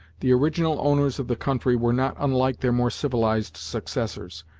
the original owners of the country were not unlike their more civilized successors,